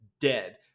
dead